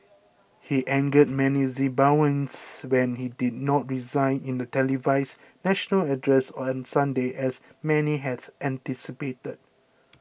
he angered many Zimbabweans when he did not resign in a televised national address on Sunday as many had anticipated